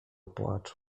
płaczu